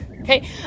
okay